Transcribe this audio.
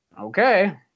Okay